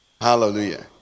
Hallelujah